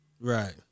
Right